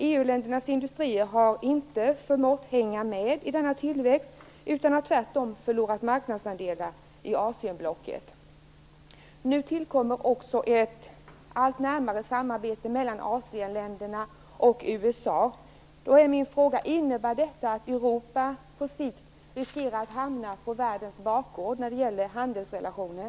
EU-ländernas industrier har inte förmått hänga med i denna tillväxt, utan har tvärtom förlorat marknadsandelar i Asienblocket. Nu tillkommer också ett allt närmare samarbete mellan Asienländerna och Innebär detta att Europa på sikt riskerar att hamna på världens bakgård när det gäller handelsrelationer?